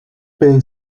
being